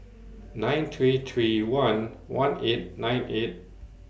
nine three three one one eight nine eight